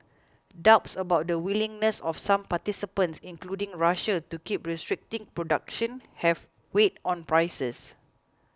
doubts about the willingness of some participants including Russia to keep restricting production have weighed on prices